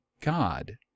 god